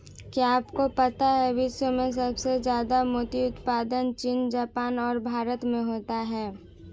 क्या आपको पता है विश्व में सबसे ज्यादा मोती उत्पादन चीन, जापान और भारत में होता है?